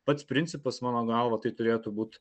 pats principas mano galva tai turėtų būt